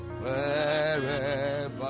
Wherever